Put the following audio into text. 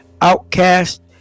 Outcast